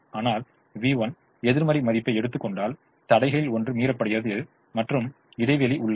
ஆனால் v1 எதிர்மறை மதிப்பை எடுத்துக் கொண்டால் தடைகளில் ஒன்று மீறப்படுகிறது மற்றும் இடைவெளி உள்ளது